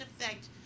effect